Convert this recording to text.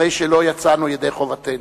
הרי לא יצאנו ידי חובתנו,